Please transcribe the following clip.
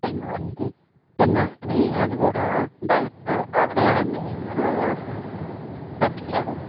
dinner అంటే తిన్నాడు కానీ అది కూడా డైజెస్ట్ అది అరగలేదండీ దానివల్ల